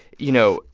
you know,